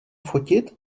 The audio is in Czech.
fotit